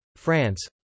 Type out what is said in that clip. France